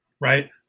right